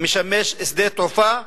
משמש שדה תעופה.